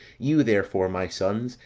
you, therefore, my sons,